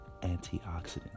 antioxidant